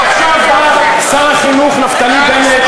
ועכשיו בא שר החינוך נפתלי בנט,